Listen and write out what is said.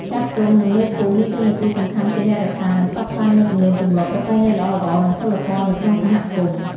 ចាស់ទុំ និងមេភូមិមានតួនាទីសំខាន់ជាអ្នករក្សា និងផ្សព្វផ្សាយនូវទំនៀមទម្លាប់ ប្រពៃណីល្អៗ និងសីលធម៌នៅក្នុងសហគមន៍។